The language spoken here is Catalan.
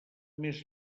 més